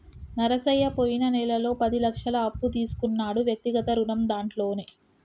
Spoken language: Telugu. నరసయ్య పోయిన నెలలో పది లక్షల అప్పు తీసుకున్నాడు వ్యక్తిగత రుణం దాంట్లోనే